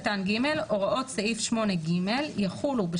(ג)"הוראות סעיף 8(ג) יחולו,